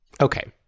Okay